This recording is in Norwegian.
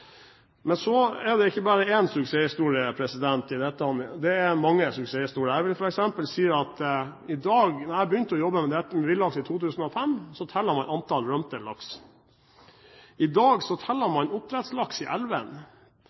ikke bare én suksesshistorie – det er mange suksesshistorier. Da jeg begynte å jobbe med villaks i 2005, talte man antall rømte laks. I dag teller man oppdrettslaks i elven,